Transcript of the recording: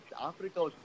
Africa